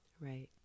right